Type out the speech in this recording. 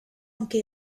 anche